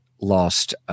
lost